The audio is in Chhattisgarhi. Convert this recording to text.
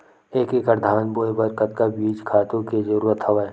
एक एकड़ धान बोय बर कतका बीज खातु के जरूरत हवय?